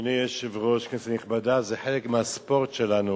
אדוני היושב-ראש, כנסת נכבדה, זה חלק מהספורט שלנו